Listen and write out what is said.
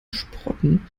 sprotten